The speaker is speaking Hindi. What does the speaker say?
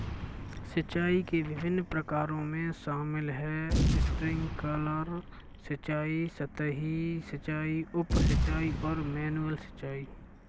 सिंचाई के विभिन्न प्रकारों में शामिल है स्प्रिंकलर सिंचाई, सतही सिंचाई, उप सिंचाई और मैनुअल सिंचाई